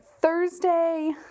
Thursday